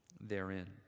therein